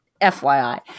FYI